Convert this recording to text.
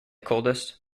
coldest